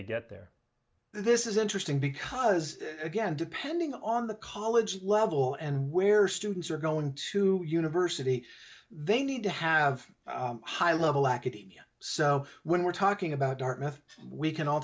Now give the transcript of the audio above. they get there this is interesting because again depending on the college level and where students are going to university they need to have high level academia so when we're talking about